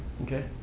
okay